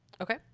Okay